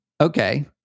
okay